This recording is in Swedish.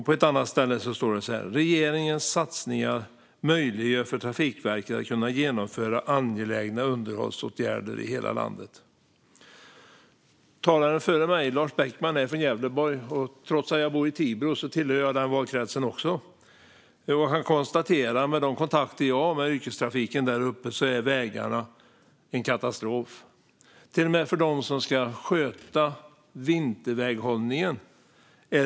På ett annat ställe sa han: "Regeringens satsningar möjliggör för Trafikverket att kunna genomföra angelägna underhållsåtgärder i hela landet." Talaren före mig, Lars Beckman, är från Gävleborg. Trots att jag bor i Tibro tillhör jag också den valkretsen. Med de kontakter jag har med yrkestrafiken däruppe kan jag konstatera att vägarna är en katastrof. Det gäller till och med för dem som ska sköta vinterväghållningen.